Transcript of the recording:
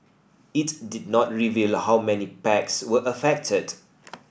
it did not reveal how many packs were affected